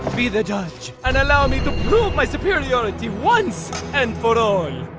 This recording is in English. be the judge, and allow me to prove my superiority once and for all!